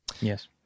Yes